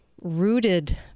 rooted